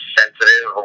sensitive